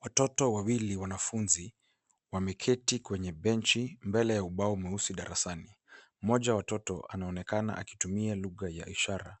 Watoto wawili wanafunzi, wameketi kwenye benchi mbele ya ubao mweusi darasani. Mmoja wa watoto anaonekana akitumia lugha ya ishara